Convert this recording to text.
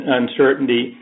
uncertainty